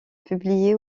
publiés